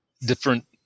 different